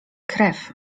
krew